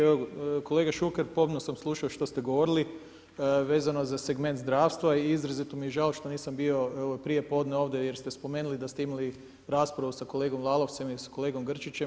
Evo kolega Šuker, pomno sam slušao što ste govorili vezano za segment zdravstva i izrazito mi je žao što nisam bio prije podne ovdje jer ste spomenuli da ste imali raspravu sa kolegom Lalovcem i sa kolegom Grčićem.